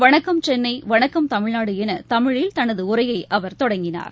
வணக்கம் சென்னை வணக்கம் தமிழ்நாடு என தமிழில் தனது உரையை அவர் தொடங்கினார்